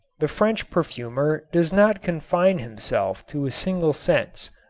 the french perfumer does not confine himself to a single sense.